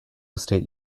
state